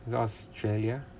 the australia